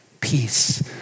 peace